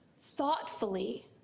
thoughtfully